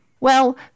Well